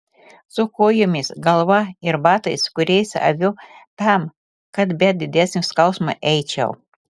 su kojomis galva ir batais kuriais aviu tam kad be didesnio skausmo eičiau